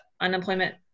unemployment